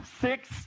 six